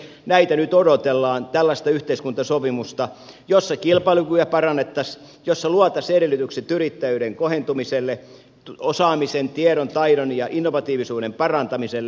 näitä nyt odotellaan tällaista yhteiskuntasopimusta jossa kilpailukykyä parannettaisiin jossa luotaisiin edellytykset yrittäjyyden kohentumiselle osaamisen tiedon taidon ja innovatiivisuuden parantamiselle